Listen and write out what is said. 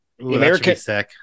American